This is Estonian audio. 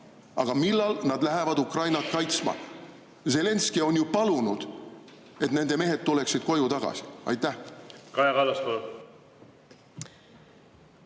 Aga millal nad lähevad Ukrainat kaitsma? Zelenskõi on ju palunud, et nende mehed tuleksid koju tagasi. Jah,